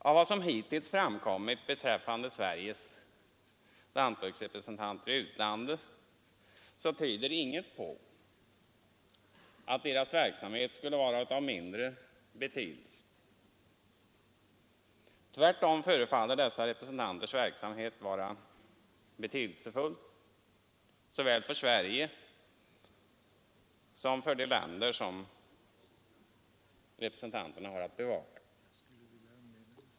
Av vad som hittills framkommit beträffande Sveriges lantbruksrepresentanter i utlandet tyder inget på att deras verksamhet skulle vara av mindre betydelse. Tvärtom förefaller dessa representanters verksamhet vara betydelsefull såväl för Sverige som för de länder de har att bevaka.